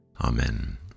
Amen